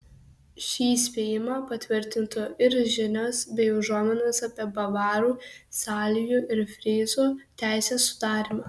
šį spėjimą patvirtintų ir žinios bei užuominos apie bavarų salijų ir fryzų teisės sudarymą